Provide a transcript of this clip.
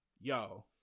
yo